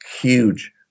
huge